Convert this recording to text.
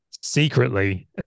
secretly